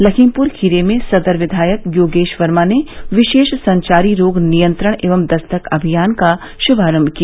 लखीमपुर खीरी में सदर विधायक योगेश वर्मा ने विशेष संचारी रोग नियंत्रण एवं दस्तक अभियान का शुभारम्भ किया